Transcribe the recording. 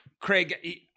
Craig